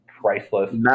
priceless